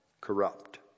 corrupt